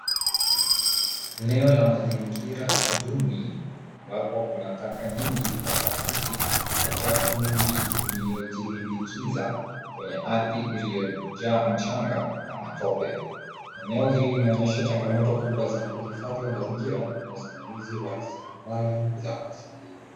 Eneo la mazingira duni ambapo kuna taka nyingi za plastiki na uchafu mwingi ulio jilimbikiza kwenye ardhi iliyo jaa mchanga na matope. Eneo hili linaonyesha changamoto kubwa za uhifadhi wa mazingira na usimamizi wa raslimali za asilia.